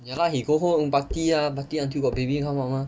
ya lah he go home party ah party until got baby come out mah